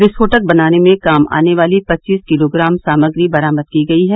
विस्फोटक बनाने में काम आने वाली पच्चीस किलोग्राम सामग्री बरामद की गई है